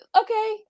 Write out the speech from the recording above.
okay